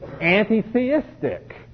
anti-theistic